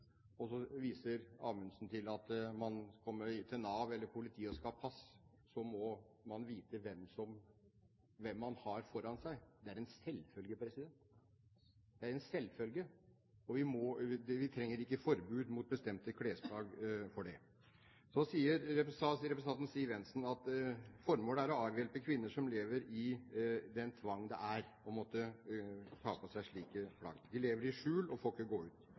Så viser Amundsen til at når man kommer inn til Nav eller til politiet og skal ha pass, må man vite hvem man har foran seg. Det er en selvfølge. Det er en selvfølge, og vi trenger ikke forbud mot bestemte klesplagg for det. Så sa representanten Siv Jensen at formålet er å hjelpe kvinner som lever i den tvang det er å måtte ta på seg slike plagg, de lever i skjul og får ikke gå ut.